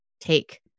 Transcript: take